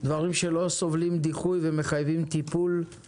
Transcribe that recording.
משה סלמן מורה נהיגה, גזבר,